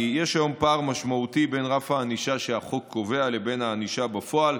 כי יש היום פער משמעותי בין רף הענישה שהחוק קובע לבין הענישה בפועל.